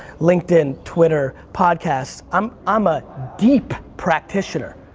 linkedin, twitter podcasts. i'm i'm a deep practitioner.